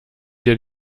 dir